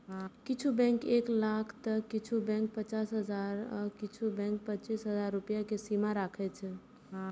किछु बैंक एक लाख तं किछु बैंक पचास हजार आ किछु बैंक पच्चीस हजार रुपैया के सीमा राखै छै